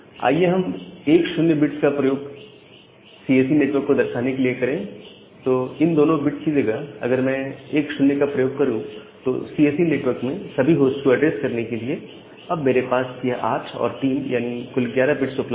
आइए हम 1 0 बिट्स का प्रयोग सीएसई नेटवर्क को दर्शाने के लिए करें तो इन दोनों बिट की जगह पर अगर मैं 1 0 प्रयोग करूं तो सीएसई नेटवर्क में सभी होस्ट को एड्रेस करने के लिए अब मेरे पास यह 8 और 3 यानी कुल 11 बिट उपलब्ध है